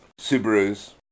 Subarus